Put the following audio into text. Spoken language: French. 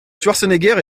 schwarzenegger